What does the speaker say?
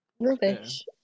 rubbish